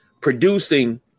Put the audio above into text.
producing